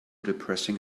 depressing